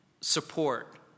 support